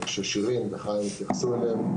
ששירין וחיים התייחסו אליהם.